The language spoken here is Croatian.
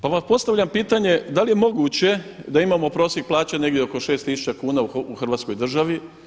Pa vam postavljam pitanje, da li je moguće da imamo prosjek plaće negdje oko 6 tisuća kuna u Hrvatskoj državi?